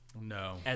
No